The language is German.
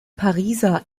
pariser